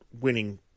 winning